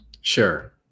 Sure